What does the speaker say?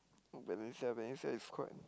oh Venezia Venezia is quite